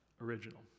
original